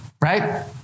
Right